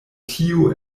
tio